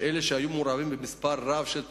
כך שאלה שהיו מעורבים במספר רב של תאונות,